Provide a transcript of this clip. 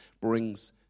brings